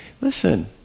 Listen